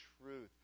truth